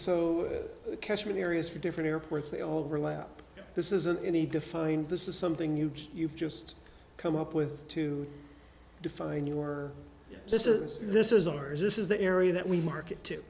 so catchment areas for different airports they overlap this isn't any defined this is something you you've just come up with to define your this is this is ours this is the area that we market to